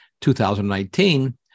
2019